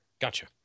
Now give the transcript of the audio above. Gotcha